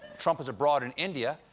trump is abroad in india.